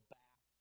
back